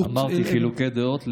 אמרתי: חילוקי דעות,